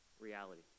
reality